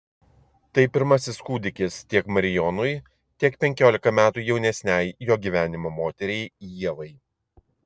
tai pirmasis kūdikis tiek marijonui tiek penkiolika metų jaunesnei jo gyvenimo moteriai ievai